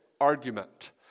argument